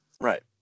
Right